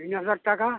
তিন হাজার টাকা